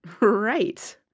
Right